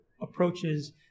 approaches